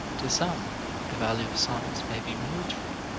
to some the value of science may be military